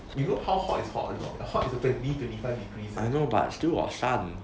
you know how hot is hot or not hot is twenty twenty five degrees leh